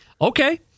Okay